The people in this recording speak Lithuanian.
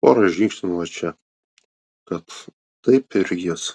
pora žingsnių nuo čia kad taip ir jis